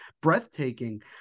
breathtaking